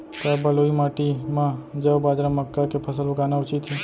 का बलुई माटी म जौ, बाजरा, मक्का के फसल लगाना उचित हे?